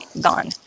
gone